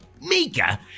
Mika